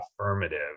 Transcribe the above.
affirmative